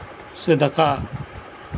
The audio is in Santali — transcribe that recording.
ᱥᱮ ᱫᱟᱠᱟ